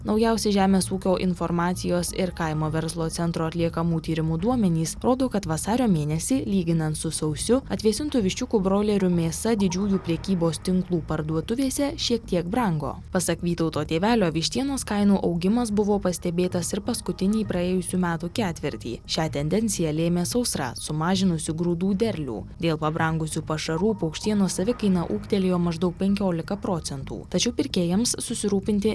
naujausi žemės ūkio informacijos ir kaimo verslo centro atliekamų tyrimų duomenys rodo kad vasario mėnesį lyginant su sausiu atvėsintų viščiukų broilerių mėsa didžiųjų prekybos tinklų parduotuvėse šiek tiek brango pasak vytauto tėvelio vištienos kainų augimas buvo pastebėtas ir paskutinį praėjusių metų ketvirtį šią tendenciją lėmė sausra sumažinusi grūdų derlių dėl pabrangusių pašarų paukštienos savikaina ūgtelėjo maždaug penkiolika procentų tačiau pirkėjams susirūpinti